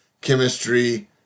chemistry